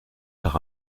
par